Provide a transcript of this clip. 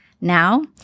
Now